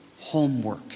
homework